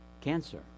cancer